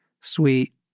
sweet